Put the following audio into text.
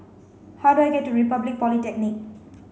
how do I get to Republic Polytechnic